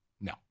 No